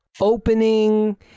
opening